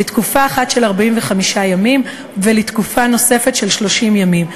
לתקופה אחת של 45 ימים ולתקופה נוספת של 30 ימים,